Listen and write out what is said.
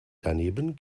daneben